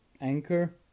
Anchor